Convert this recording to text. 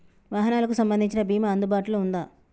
వాహనాలకు సంబంధించిన బీమా అందుబాటులో ఉందా?